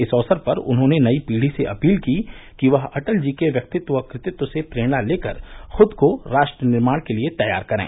इस अवसर पर उन्होंने नई पीढ़ी से अपील की कि वह अटल जी के व्यक्तित्व व क्रतित्व से प्रेरणा लेकर खुद को राष्ट्र निर्माण के लिए तैयार करें